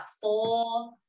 four